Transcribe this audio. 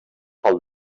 pel